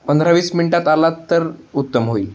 पंधरा वीस मिनटात आलात तर उत्तम होईल